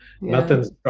nothing's